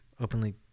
openly